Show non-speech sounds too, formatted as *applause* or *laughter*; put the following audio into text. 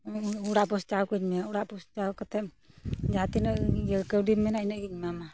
*unintelligible* ᱚᱲᱟᱜ ᱯᱳᱶᱪᱷᱟᱣ ᱠᱟᱹᱧ ᱢᱮ ᱚᱲᱟᱜ ᱯᱳᱶᱪᱷᱟᱣ ᱠᱟᱛᱮ ᱡᱟᱦᱟᱸᱛᱤᱱᱟᱹᱜ ᱠᱟᱹᱣᱰᱤᱢ ᱢᱮᱱᱟ ᱤᱱᱟᱹᱜ ᱜᱤᱧ ᱮᱢᱟᱢᱟ